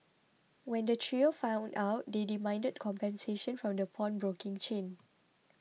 when the trio found out they demanded compensation from the pawnbroking chain